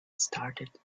started